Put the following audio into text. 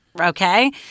Okay